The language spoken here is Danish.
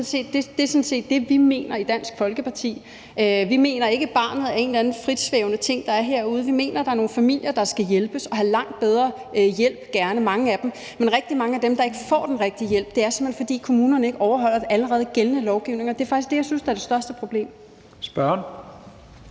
Det er sådan set det, vi mener i Dansk Folkeparti. Vi mener ikke, at barnet er en eller anden frit svævende ting, der er herude. Vi mener, der er nogle familier, der skal hjælpes, og mange af dem skal gerne have langt bedre hjælp. Men for rigtig mange af dem, der ikke får den rigtige hjælp, er det simpelt hen, fordi kommunerne ikke overholder den allerede gældende lovgivning, og det er faktisk det, jeg synes er det største problem. Kl.